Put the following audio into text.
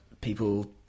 people